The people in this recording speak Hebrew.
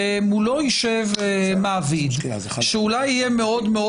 ומולו ישב מעביד שאולי יהיה מאוד מאוד